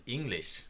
English